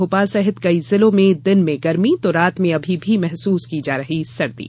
भोपाल सहित कई जिलों में दिन में गर्मी तो रात में अभी भी महसूस की जा रही सर्दी